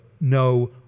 no